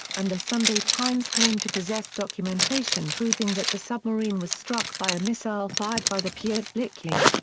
and the sunday times claimed to possess documentation proving that the submarine was struck by a missile fired by the pyotr velikiy.